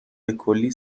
بکلی